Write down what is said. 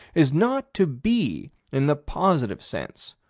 is not to be in the positive sense,